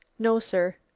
no, sir.